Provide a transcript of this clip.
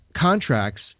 Contracts